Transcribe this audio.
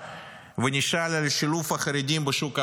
ונשאל על שילוב החרדים בשוק העבודה.